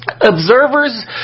Observers